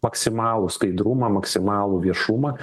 maksimalų skaidrumą maksimalų viešumą